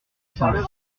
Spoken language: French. sens